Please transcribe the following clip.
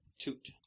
toot